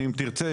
אם תרצה,